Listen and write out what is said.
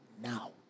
now